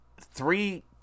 three